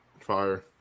Fire